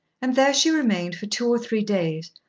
and there she remained for two or three days,